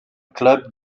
club